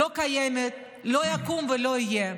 לא יקום ולא יהיה.